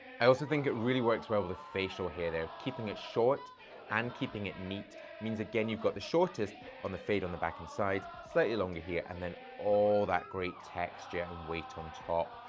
i also think it really works well with the facial hair there. keeping it short and keeping it neat means, again, you've got the shortest on the fade on the back and sides, slightly longer here, and then all that great texture and weight on top.